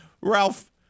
Ralph